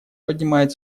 поднимает